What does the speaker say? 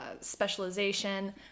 specialization